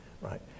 right